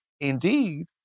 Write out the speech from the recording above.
Indeed